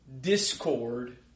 discord